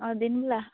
ᱫᱤᱱ ᱵᱮᱞᱟ